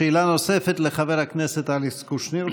שאלה נוספת לחבר הכנסת אלכס קושניר.